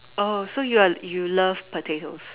so you you love potatoes